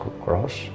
cross